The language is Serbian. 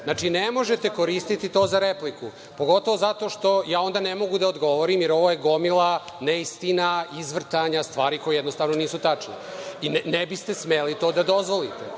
isto. Ne možete koristiti to za repliku, pogotovo što ja onda ne mogu da odgovorim, jer ovo je gomila neistina, izvrtanja koje jednostavno nisu tačno i ne biste smeli to da dozvolite.